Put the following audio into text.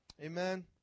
Amen